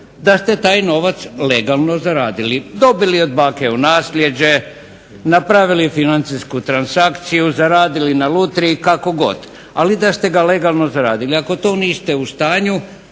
da ste taj novac legalno zaradili. Dobili od bake u naslijeđe, napravili financijsku transakciju, zaradili na lutriji kako god, ali da ste ga legalno zaradili. Ako to niste u stanju